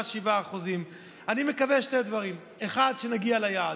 7%. אני מקווה לשני דברים: 1. שנגיע ליעד,